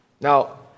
now